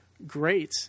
great